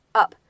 up